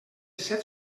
set